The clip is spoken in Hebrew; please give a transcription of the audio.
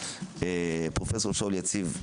פרופ' שאול יציב,